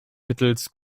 mittels